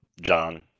John